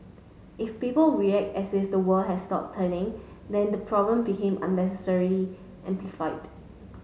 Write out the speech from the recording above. if people react as if the world has stopped turning then the problem become unnecessarily amplified